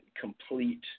complete